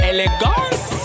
Elegance